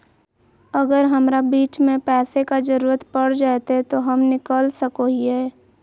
अगर हमरा बीच में पैसे का जरूरत पड़ जयते तो हम निकल सको हीये